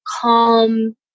calm